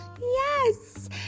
Yes